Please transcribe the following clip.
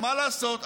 מה לעשות?